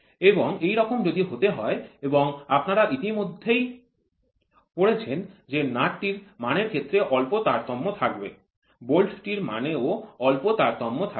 এবং এরকম যদি হতে হয় এবং আপনারা ইতিমধ্যেই পড়েছেন যে নাট্ টির মানের ক্ষেত্রে অল্প তারতম্য থাকবে বোল্ট টির মানেও অল্প তারতম্য থাকবে